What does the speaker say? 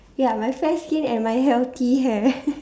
ya my fair skin and my healthy hair